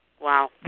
Wow